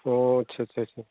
ꯑꯣ ꯑꯠꯆꯥ ꯑꯠꯆꯥ ꯆꯥ